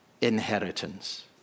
inheritance